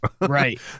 Right